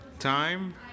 Time